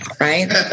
right